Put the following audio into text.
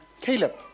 Caleb